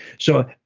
so,